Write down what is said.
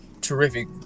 terrific